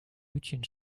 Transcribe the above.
hütchen